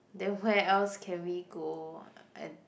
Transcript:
then where else can we go uh at